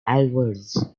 alvarez